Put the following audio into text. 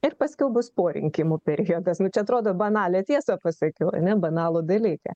ir paskiau bus po rinkimų periodas nu čia atrodo banalią tiesą pasakiau ane banalų dalyką